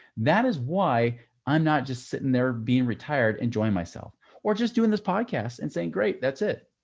that is why i'm not just sitting there being retired, enjoying myself or just doing this podcast and saying great! that's it.